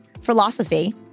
philosophy